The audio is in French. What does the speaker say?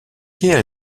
guerre